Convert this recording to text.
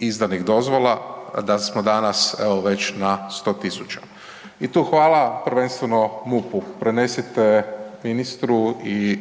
izdanih dozvola, a da smo danas evo već na 100.000. I tu hvala prvenstveno MUP-u, prenesite ministru i